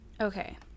Okay